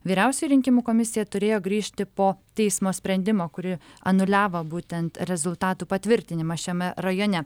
vyriausioji rinkimų komisija turėjo grįžti po teismo sprendimo kuri anuliavo būtent rezultatų patvirtinimą šiame rajone